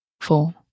four